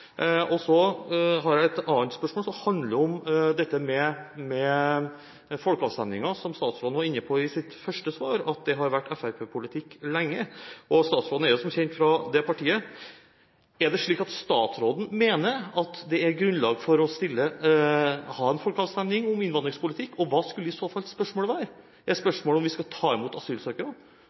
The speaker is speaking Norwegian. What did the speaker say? har også et annet spørsmål som handler om dette med folkeavstemninger, som statsråden var inne på i sitt første svar – at det har vært Fremskrittsparti-politikk lenge. Statsråden er som kjent fra det partiet. Er det slik at statsråden mener at det er grunnlag for å ha en folkeavstemning om innvandringspolitikk, og hva skulle i så fall spørsmålet være? Er spørsmålet om vi skal ta imot asylsøkere?